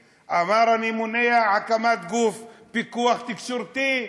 אמר: אני מונע הקמת גוף פיקוח תקשורתי.